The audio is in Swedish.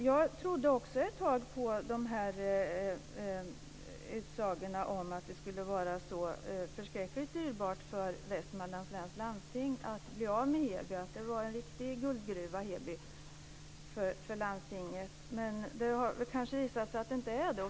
Jag trodde också ett tag på utsagorna om att det skulle vara så förskräckligt dyrbart för Västmanlands läns landsting att bli av med Heby, att Heby var en riktig guldgruva för landstinget, men det har kanske visat sig att det inte är så.